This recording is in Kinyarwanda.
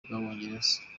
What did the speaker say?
bw’abongereza